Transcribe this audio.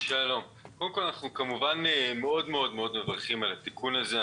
קודם כול, אנחנו מברכים מאוד על התיקון הזה.